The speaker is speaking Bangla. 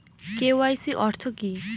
কে.ওয়াই.সি অর্থ কি?